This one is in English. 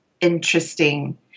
interesting